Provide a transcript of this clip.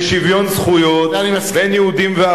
אין קשר בין מורשתו של ז'בוטינסקי לשוויון זכויות בין יהודים וערבים,